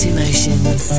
emotions